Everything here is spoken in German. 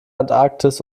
antarktis